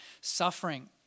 suffering